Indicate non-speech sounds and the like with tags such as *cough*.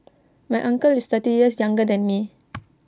my uncle is thirty years younger than me *noise*